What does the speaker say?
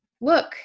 Look